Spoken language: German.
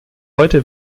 heute